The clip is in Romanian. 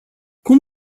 cum